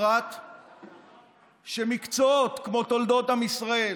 בפרט שמקצועות כמו תולדות עם ישראל,